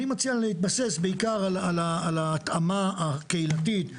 אני מציע להתבסס בעיקר על ההתאמה הקהילתית.